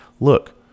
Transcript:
look